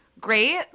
great